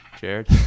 Jared